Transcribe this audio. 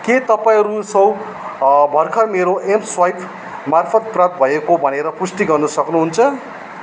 के तपाईँ रु सय भर्खर मेरो एमस्वाइप मार्फत प्राप्त भएको भनेर पुष्टि गर्न सक्नुहुन्छ